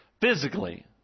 physically